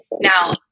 Now